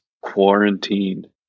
quarantined